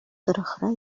тӑрӑхра